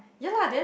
ya lah then